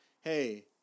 hey